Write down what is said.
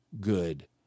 good